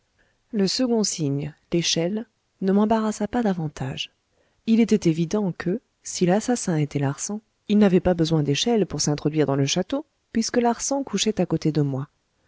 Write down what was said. le second signe l'échelle ne m'embarrassa pas davantage il était évident que si l'assassin était larsan il n'avait pas besoin d'échelle pour s'introduire dans le château puisque larsan couchait à côté de moi